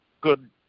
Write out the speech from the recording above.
good